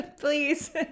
Please